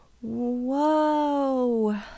Whoa